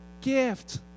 gift